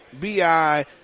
BI